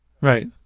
Right